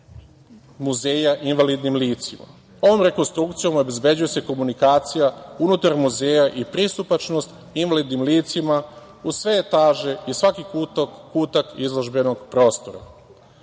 muzeja invalidnim licima. Ovom rekonstrukcijom obezbeđuje se komunikacija unutar muzeja i pristupačnost invalidnim licima u sve etaže i svaki kutak izložbenog prostora. Tokom